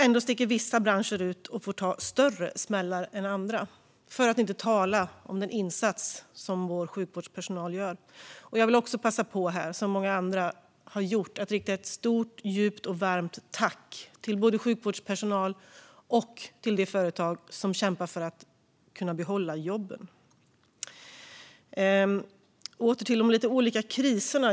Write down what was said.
Ändå sticker vissa branscher ut och får ta större smällar än andra, för att inte tala om den insats som vår sjukvårdspersonal gör. Jag vill också passa på, som så många andra har gjort, att rikta ett stort, djupt och varmt tack till både sjukvårdspersonal och de företag som kämpar för att behålla jobben. Låt mig återgå till de olika kriserna.